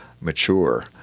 mature